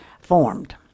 formed